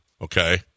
Okay